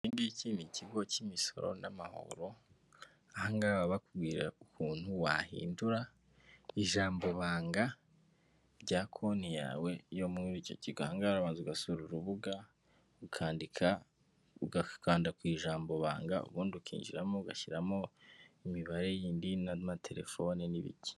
Iki ngiki ni ikigo cy'imisoro n'amahoro ahanga bakubwira ukuntu wahindura ijambobanga rya konti yawe yo muri icyo kigo aha ngaha urabanza ugasura urubuga ukandika ugakanda ku ijambobangaga ubundi ukinjiramo ugashyiramo imibare yindi n'amatelefoni n'ibiki.